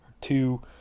two